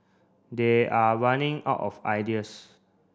they are running out of ideas